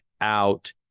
out